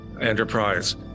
enterprise